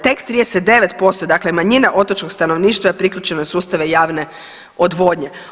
Tek 39% dakle manjina otočnog stanovništva je priključeno na sustave javne odvodnje.